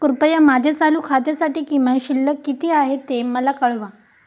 कृपया माझ्या चालू खात्यासाठी किमान शिल्लक किती आहे ते मला कळवा